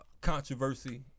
controversy